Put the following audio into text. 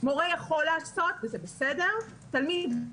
מורה יכול לעשות, וזה בסדר, ותלמיד לא.